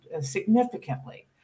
significantly